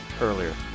earlier